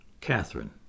Catherine